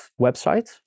website